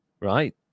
right